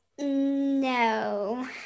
No